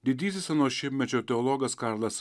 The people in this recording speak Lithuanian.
didysis ano šimtmečio teologas karlas